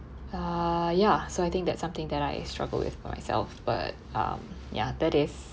uh ya so I think that something that I struggled with by myself but um ya that is